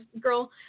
girl